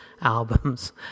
albums